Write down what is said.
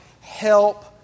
help